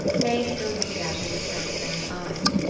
may still looked at him with transparent eyes.